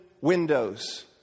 windows